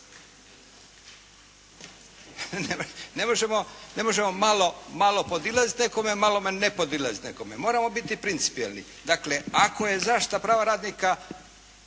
Ne možemo malo podilaziti nekome, malo ne podilaziti nekome. Moramo biti principijelni. Dakle, ako je zaštita prava radnika